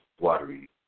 watery